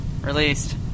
released